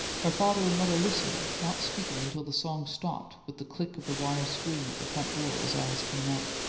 her father and mother listened, not speaking until the song stopped with the click of the wire screen at the front door as alice came out.